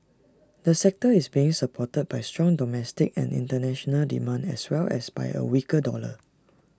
the sector is being supported by strong domestic and International demand as well as by A weaker dollar